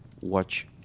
watch